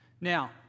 Now